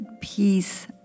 peace